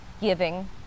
giving